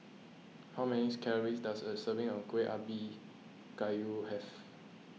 how many calories does a serving of Kueh Ubi Kayu have